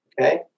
okay